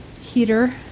heater